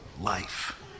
life